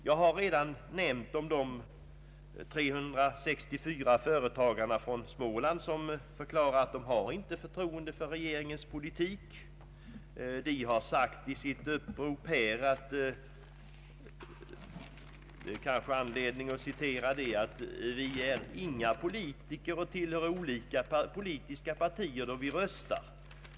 Jag har redan nämnt de 364 företagarna från Småland som förklarat att de inte har förtroende för regeringens politik. De har i sitt upprop sagt — och det finns anledning att citera det: ”Vi är inga politiker och tillhör olika politiska partier då vi röstar.